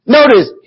notice